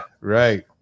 right